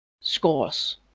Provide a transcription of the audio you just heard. scores